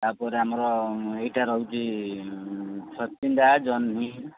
ତାପରେ ଆମର ଏଇଟା ରହୁଚି ସଚିନ୍ଦ୍ରା ଜହ୍ନି